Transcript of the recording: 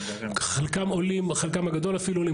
חלקם הגדול עולים,